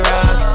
Rock